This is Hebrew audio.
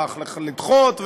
לדחות,